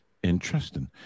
Interesting